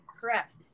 correct